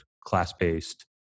class-based